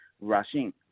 rushing